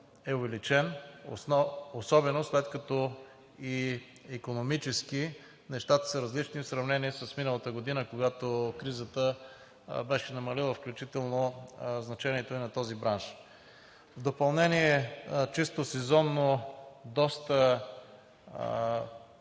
е увеличен, особено след като и икономически нещата са различни в сравнение с миналата година, когато кризата беше намалила, включително значението на този бранш. В допълнение, чисто сезонно доста